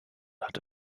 hatte